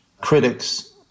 Critics